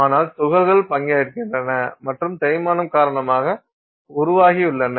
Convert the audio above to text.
ஆனால் துகள்கள் பங்கேற்கின்றன மற்றும் தேய்மானம் காரணமாக உருவாகியுள்ளன